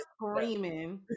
screaming